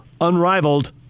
unrivaled